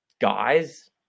guys